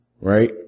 right